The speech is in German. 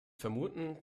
vermuten